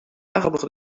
arbre